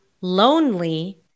lonely